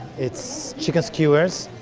it's chicken skewers,